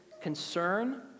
concern